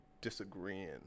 disagreeing